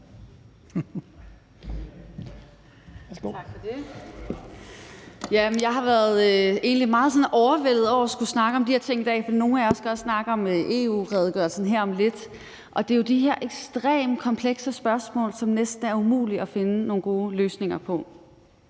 egentlig været meget overvældet over at skulle snakke om de her ting i dag. Nogle af os skal også snakke om EU-redegørelsen her om lidt, og det er jo de her ekstremt komplekse spørgsmål, som det næsten er umuligt at finde nogle gode løsninger på.